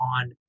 on